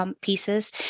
pieces